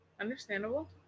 Understandable